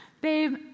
babe